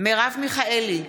מרב מיכאלי,